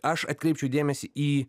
aš atkreipčiau dėmesį į